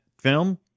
film